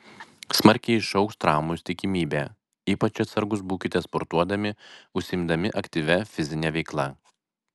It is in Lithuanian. smarkiai išaugs traumų tikimybė ypač atsargūs būkite sportuodami užsiimdami aktyvia fizine veikla